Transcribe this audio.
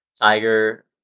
Tiger